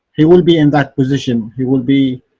he will be in that position, he will be.